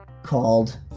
called